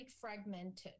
fragmented